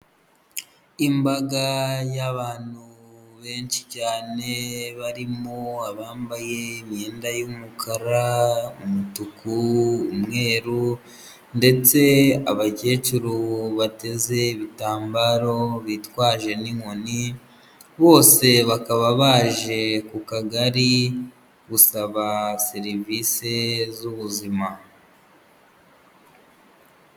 Imbaga y'abantu benshi cyane, barimo abambaye imyenda y'umukara, umutuku, umweru ndetse abakecuru bateze ibitambaro bitwaje n'inkoni, bose bakaba baje ku Kagari gusa serivisi z'ubuzima.